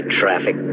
traffic